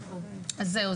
אז זהו,